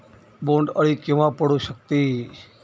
बोंड अळी केव्हा पडू शकते?